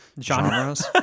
genres